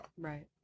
Right